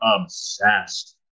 obsessed